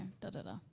da-da-da